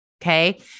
Okay